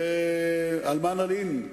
ועל מה נלין?